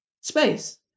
space